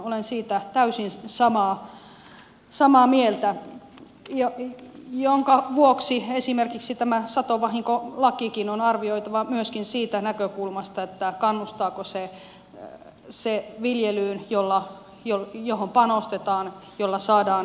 olen siitä täysin samaa mieltä minkä vuoksi esimerkiksi tämä satovahinkolakikin on arvioitava myöskin siitä näkökulmasta kannustaako se viljelyyn johon panostetaan jolla saadaan lisäarvoa